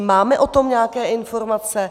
Máme o tom nějaké informace?